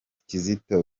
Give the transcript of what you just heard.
kizito